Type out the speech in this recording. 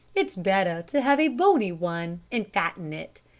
it's better to have a bony one and fatten it.